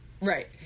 right